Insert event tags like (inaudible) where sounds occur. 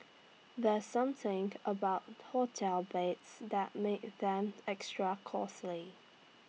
there's something about hotel beds that make them extra (unintelligible)